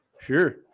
Sure